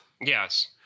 Yes